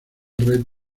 red